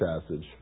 passage